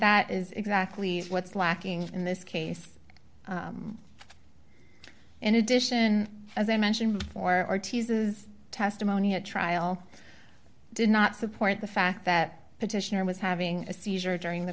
that is exactly what's lacking in this case in addition as i mentioned or teases testimony at trial did not support the fact that petitioner was having a seizure during the